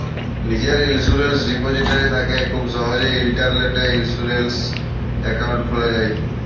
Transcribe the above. লীজের insurance depository থ্যাকে খুব সহজেই ইলটারলেটে ইলসুরেলস বা একাউল্ট খুলা যায়